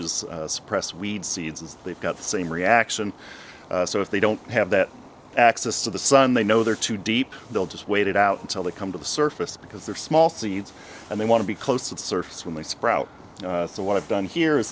is suppress weed seeds and they've got the same reaction so if they don't have that access to the sun they know they're too deep they'll just wait it out until they come to the surface because they're small seed and they want to be close to the surface when they sprout so what i've done here